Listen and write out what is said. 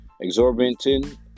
exorbitant